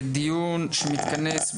דיון שיזמו